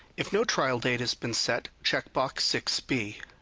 if no trial date has been set, check box six b.